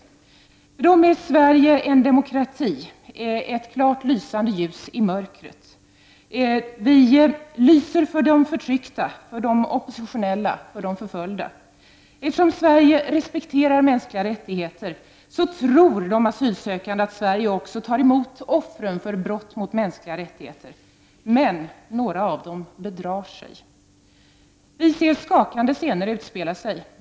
För dem är Sverige en demokrati, ett klart och lysande ljus i mörkret: vi lyser för de förtryckta, för de oppositionella, för de förföljda. Eftersom Sverige respekterar mänskliga rättigheter tror de asylsökande att Sverige också tar emot offren för brott mot mänskliga rättigheter. Men några av dem bedrar sig. Vi ser skakande scener.